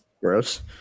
gross